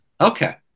Okay